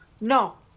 No